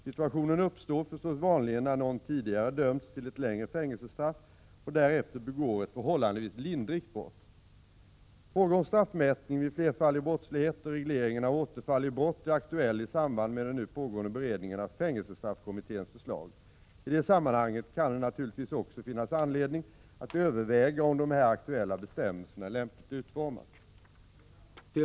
Situationen uppstår förstås vanligen när någon tidigare dömts till ett längre fängelsestraff och därefter begår ett förhållandevis lindrigt brott. Frågor om straffmätningen vid flerfaldig brottslighet och regleringen av återfall i brott är aktuell i samband med den nu pågående beredningen av fängelsestraffkommitténs förslag. I det sammanhanget kan det naturligtvis också finnas anledning att överväga om de här aktuella bestämmelserna är lämpligt utformade.